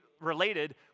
related